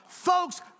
Folks